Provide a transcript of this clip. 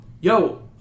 Yo